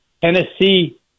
Tennessee